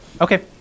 Okay